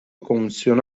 komisyonu